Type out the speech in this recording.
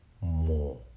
more